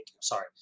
Sorry